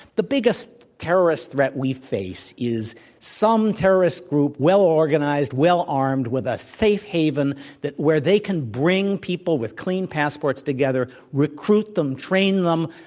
the biggest terrorist threat we face is some terrorist group, well organized, well armed, with a safe haven that where they can bring people with clean passports together, recruit them, train them,